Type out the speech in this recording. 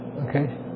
Okay